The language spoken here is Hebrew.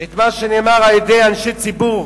את מה שנאמר על-ידי אנשי ציבור